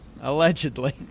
Allegedly